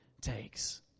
takes